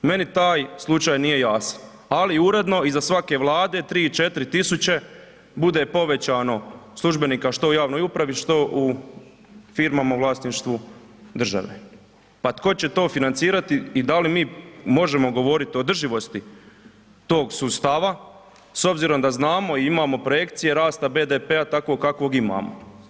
Meni taj slučaj nije jasan, ali uredno iza svake Vlade 3, 4 tisuće bude povećano službenika, što u javnoj upravi, što u firmama u vlasništvu države, pa tko će to financirati i da li mi možemo govoriti o održivosti tog sustava s obzirom da znamo i imamo projekcije rasta BDP-a takvog kakav imamo.